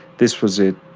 this was it.